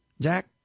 Jack